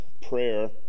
prayer